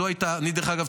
דרך אגב,